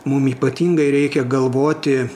mum ypatingai reikia galvoti